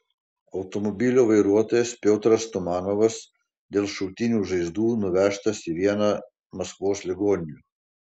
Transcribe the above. automobilio vairuotojas piotras tumanovas dėl šautinių žaizdų nuvežtas į vieną maskvos ligoninių